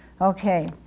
Okay